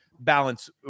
balance